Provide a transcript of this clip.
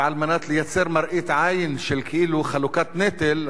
ועל מנת לייצר מראית עין של כאילו חלוקת נטל,